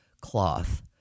cloth